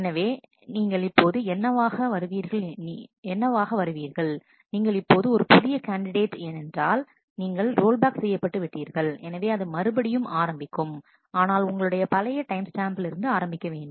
எனவே நீங்கள் இப்போது என்னவாக வருவீர்கள் நீங்கள் இப்போது ஒரு புதிய கேண்டிடேட் ஏனென்றால் நீங்கள் ரோல்பேக் செய்யப்பட்டு விட்டீர்கள் எனவே அது மறுபடியும் ஆரம்பிக்கும் ஆனால் உங்களுடைய பழைய டைம்ஸ் ஸ்டாம்பிலிருந்து ஆரம்பிக்க வேண்டும்